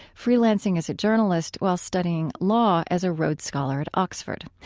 freelancing as a journalist while studying law as a rhodes scholar at oxford.